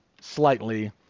slightly